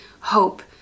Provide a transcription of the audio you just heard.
hope